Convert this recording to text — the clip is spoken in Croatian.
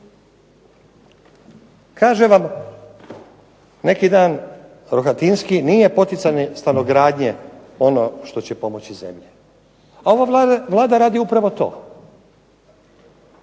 Kaže vam neki dan Rohatinski nije poticanje stanogradnje ono što će pomoći zemlji, a ova Vlada radi upravo to.